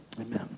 Amen